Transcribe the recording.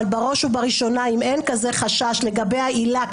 אבל בראש ובראשונה אם אין חשש כזה לגבי העילה,